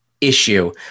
issue